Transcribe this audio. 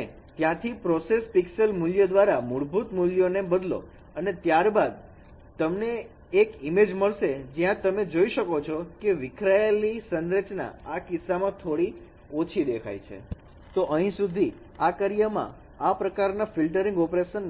અને ત્યાંથી process pixel મૂલ્ય દ્વારા મૂળભૂત મૂલ્યોને બદલો અને ત્યારબાદ તમને એક ઇમેજ મળશે જ્યાં તમે જોઈ શકો છો કે વિખરાયેલી સંરચના આ કિસ્સામાં થોડી ઓછી દેખાય છે તો અહિ સુધી આ કાર્યમાં આ પ્રકારના ફિલ્ટરિંગ ઓપરેશન